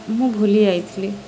ମୁଁ ଭୁଲି ଯାଇଥିଲି